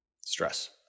stress